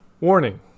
Warning